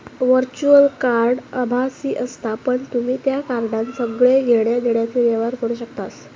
virtual card आभासी असता पण तुम्ही त्या कार्डान सगळे घेण्या देण्याचे व्यवहार करू शकतास